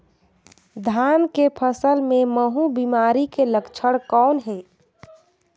धान के फसल मे महू बिमारी के लक्षण कौन हे?